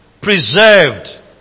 preserved